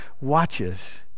watches